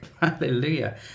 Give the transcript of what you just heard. hallelujah